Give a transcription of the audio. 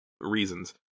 reasons